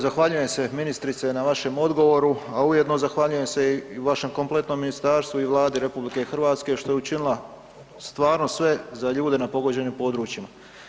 Zahvaljujem se ministrice na vašem odgovoru, a ujedno zahvaljujem se i vašem kompletnom ministarstvu i Vladi RH što je učinila stvarno sve za ljude na pogođenim područjima.